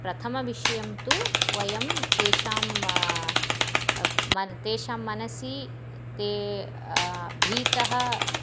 प्रथमविषयं तु वयं तेषां तेषां मनसि ते भीतः